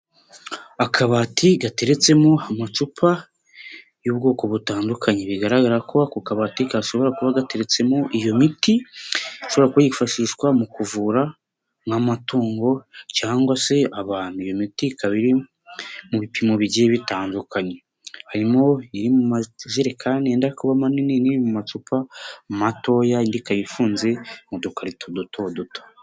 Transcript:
Akabati gateretsemo amacupa y'ubwoko butandukanye bigaragara ko, ako kabati gashobora kuba gateretsemo iyo miti ishobora kubayifashishwa mu kuvura nk'amatungo, cyangwa se abantu iyo miti ikaba iri mu bipimo bigiye bitandukanye, harimo iri mu majerekani yenda kuba manini, n'iri mu macupa matoya ikaba ifunze mu dukarito duto duto.